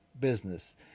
business